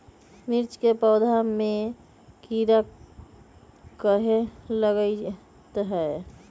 मिर्च के पौधा में किरा कहे लगतहै?